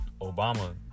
Obama